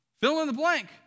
fill-in-the-blank